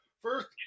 First